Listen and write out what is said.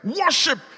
worship